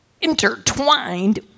intertwined